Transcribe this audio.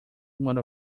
one